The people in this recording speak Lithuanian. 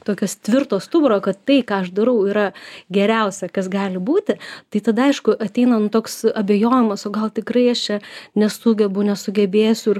tokios tvirto stuburo kad tai ką aš darau yra geriausia kas gali būti tai tada aišku ateina nu toks abejojimas o gal tikrai aš čia nesugebu nesugebėsiu